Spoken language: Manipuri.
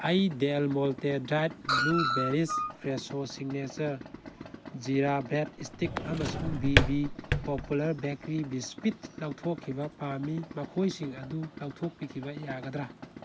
ꯑꯩ Del Monte dried blueberries Fresho signature ꯖꯤꯔꯥ ꯕꯦꯠ ꯏꯁꯇꯤꯛ ꯑꯃꯁꯨꯡ B B popular bakery biscuit ꯂꯧꯊꯣꯛꯈꯤꯕ ꯄꯥꯝꯃꯤ ꯃꯈꯣꯏꯁꯤꯡ ꯑꯗꯨ ꯂꯧꯊꯣꯛꯄꯤꯈꯤꯕ ꯌꯥꯒꯗ꯭ꯔꯥ